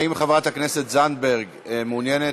האם חברת הכנסת זנדברג מעוניינת?